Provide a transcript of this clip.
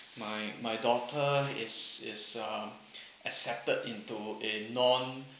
my my daughter is is um accepted into a non